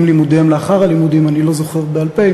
לימודיהם לאחר הלימודים אני לא זוכר בעל-פה.